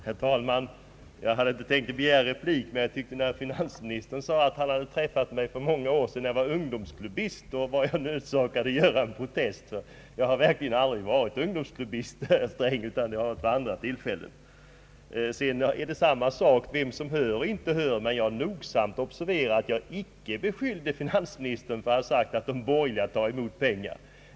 Herr talman! Jag hade inte tänkt begära replik, men jag tyckte att finansministern sade att han hade träffat mig för många år sedan »när jag var ungdomsklubbist». Då är jag nödsakad att komma med en protest. Jag har aldrig varit ungdomsklubbist, utan herr Sträng måste tänka på något annat tillfälle. Det är sak samma vem som hör och inte hör, men jag har inte beskyllt finansministern för att ha sagt att de borgerliga tar emot pengar.